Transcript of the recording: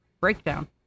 breakdown